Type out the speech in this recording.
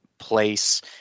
place